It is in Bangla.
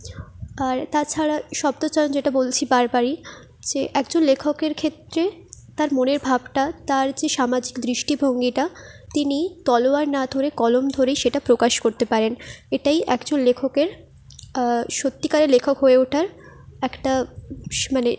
আর তাছাড়া শব্দ চয়ন যেটা বলছি বার বারই যে একজন লেখকের ক্ষেত্রে তার মনের ভাবটা তার যে সামাজিক দৃষ্টিভঙ্গিটা তিনি তলোয়ার না ধরে কলম ধরেই সেটা প্রকাশ করতে পারেন এটাই একচুয়াল লেখকের সত্যিকারে লেখক হয়ে ওঠার একটা মানে